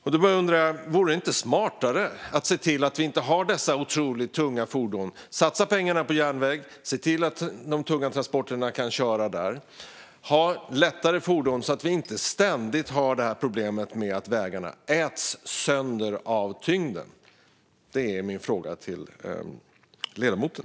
Och då undrar jag: Vore det inte smartare att se till att vi i stället för att ha dessa otroligt tunga fordon satsar pengarna på järnväg och ser till att de tunga transporterna kan köra där och att vi har lättare fordon, så att vi inte ständigt har det här problemet med att vägarna äts sönder av tyngden? Det är min fråga till ledamoten.